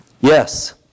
Yes